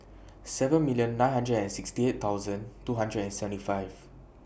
seven million nine hundred and sixty eight thousand two hundred and seventy five